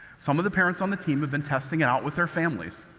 some of the parents on the team have been testing it out with their families.